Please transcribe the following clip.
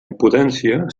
impotència